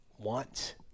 Want